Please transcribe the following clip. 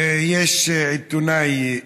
יש עיתונאי,